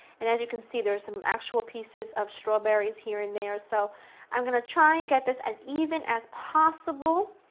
and as you can see there are some actual pieces of strawberries here and there so i'm going to try and get this as even as possible.